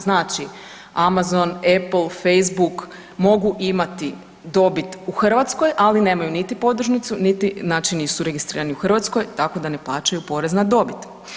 Znači Amazon, Apple, Facebook mogu imati dobit u Hrvatskoj, ali nemaju niti podružnicu, niti, znači nisu registrirani u Hrvatskoj, tako da ne plaćaju porez na dobit.